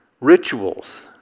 rituals